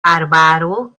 arbaro